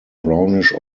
brownish